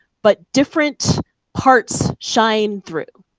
but different parts shine through.